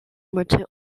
maintain